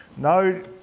No